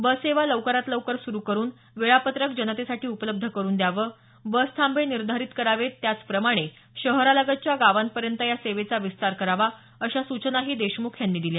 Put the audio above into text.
बससेवा लवकरात लवकर सुरु करुन वेळापत्रक जनतेसाठी उपलब्ध करून द्यावं बस थांबे निर्धारित करावेत त्याचप्रमाणे शहरालगतच्या गावांपर्यंत या सेवेचा विस्तार करावा अशा सूचनाही देशमुख यांनी दिल्या